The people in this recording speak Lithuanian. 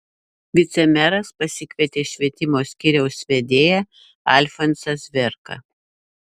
vicemeras pasikvietė švietimo skyriaus vedėją alfonsą zvėrką